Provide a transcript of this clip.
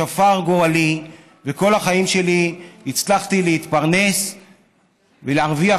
שפר גורלי וכל החיים שלי הצלחתי להתפרנס ולהרוויח